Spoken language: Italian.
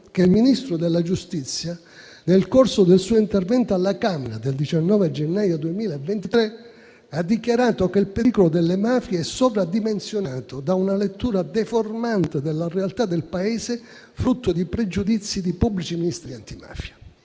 che il Ministro della giustizia, nel corso del suo intervento alla Camera del 19 gennaio 2023, ha dichiarato che il pericolo delle mafie è sovradimensionato da una lettura deformante della realtà del Paese, frutto dei pregiudizi di pubblici ministeri antimafia.